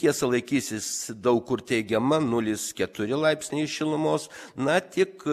tiesa laikysis daug kur teigiama nulis keturi laipsniai šilumos na tik